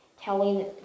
telling